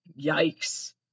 yikes